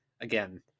again